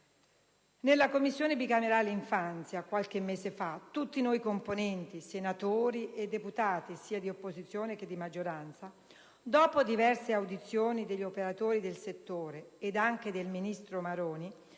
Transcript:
nella Commissione bicamerale per l'infanzia, tutti noi componenti, senatori e deputati d'opposizione e di maggioranza, dopo diverse audizioni degli operatori del settore ed anche del ministro Maroni,